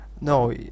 No